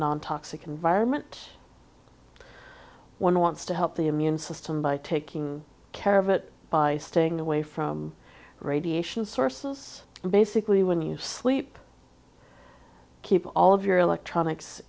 non toxic environment one wants to help the immune system by taking care of it by staying away from radiation sources basically when you sleep keep all of your electronics